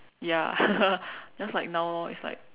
ya just like now lor it's like